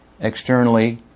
Externally